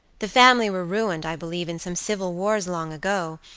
the family were ruined, i believe, in some civil wars, long ago,